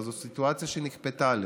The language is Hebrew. אבל זאת סיטואציה שנכפתה עלינו.